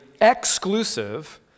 exclusive